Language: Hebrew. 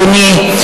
אדוני,